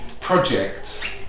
project